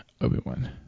Obi-Wan